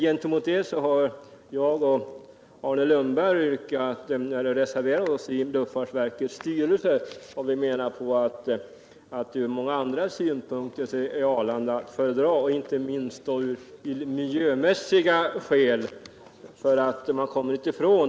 Gentemot detta har jag och Arne Lundberg reserverat oss i luftfartsverkets styrelse. Vi menar att ur många andra synpunkter — inte minst miljömässiga — är Arlanda att föredra.